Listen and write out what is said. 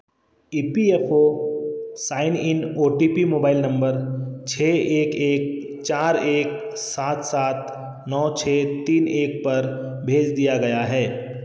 E P F O sign in O T P mobile number छः एक एक चार एक सात सात नौ छः तीन एक पर भेज दिया गया है